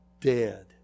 dead